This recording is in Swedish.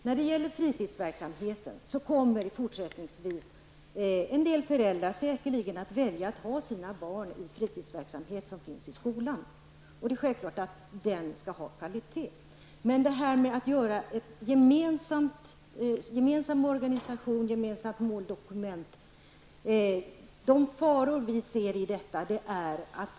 När det gäller fritidsverksamheten kommer fortsättningsvis en del föräldrar säkerligen att välja att ha sina barn inom fritidsverksamheten i skolan, och självfallet skall denna ha kvalitet. Men beträffande detta med att åstadkomma en gemensam organisation, ett gemensamt måldokument, vill jag framhålla att vi upplever vissa faror i det sammanhanget.